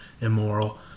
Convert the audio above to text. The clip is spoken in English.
immoral